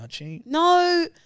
No